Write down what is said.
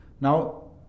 Now